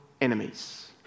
enemies